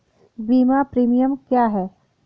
बीमा प्रीमियम क्या है?